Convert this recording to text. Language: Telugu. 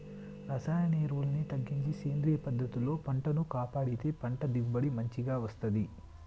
రసాయన ఎరువుల్ని తగ్గించి సేంద్రియ పద్ధతుల్లో పంటను కాపాడితే పంట దిగుబడి మంచిగ వస్తంది